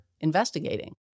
investigating